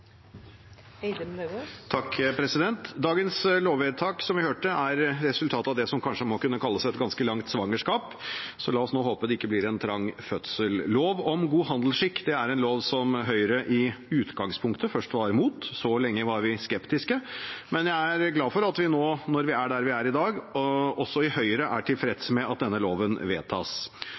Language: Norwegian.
som vi hørte, resultatet av det som kanskje må kunne kalles et ganske langt svangerskap, så la oss nå håpe det ikke blir en trang fødsel. Lov om god handelsskikk er en lov som Høyre i utgangspunktet først var imot, så var vi lenge skeptiske, men jeg er glad for at vi nå, når vi er der vi er i dag, også i Høyre er tilfreds med at denne loven vedtas.